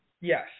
Yes